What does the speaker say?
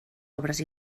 obres